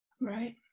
Right